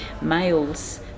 males